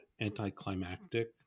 anticlimactic